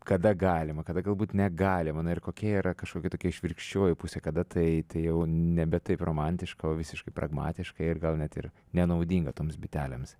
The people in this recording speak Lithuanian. kada galima kada galbūt negalima na ir kokia yra kažkokia tokia išvirkščioji pusė kada tai tai jau nebe taip romantiška o visiškai pragmatiška ir gal net ir nenaudinga toms bitelėms